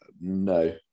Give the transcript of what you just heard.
No